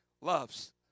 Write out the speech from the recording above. loves